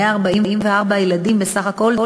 144 ילדים בסך הכול,